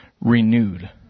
renewed